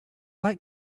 like